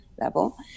level